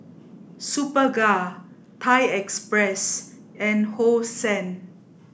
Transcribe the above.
Superga Thai Express and Hosen